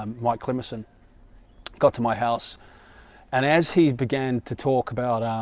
um michael emerson got to my house and as he began to talk about